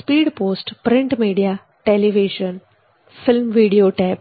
speed post print media television film videotape